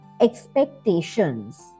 expectations